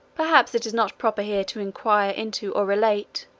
perhaps it is not proper here to inquire into or relate,